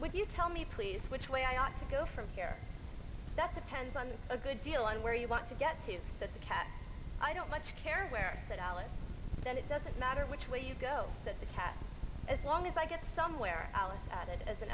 would you tell me please which way i ought to go from here that's a tens on a good deal on where you want to get to the cat i don't much care where that alice then it doesn't matter which way you go that the cat as long as i get somewhere alice added as an